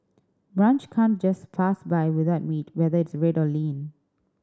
brunch can't just pass by without meat whether it's red or lean